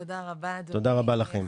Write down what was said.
תודה רבה, אדוני.